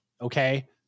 okay